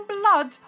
blood